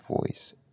voice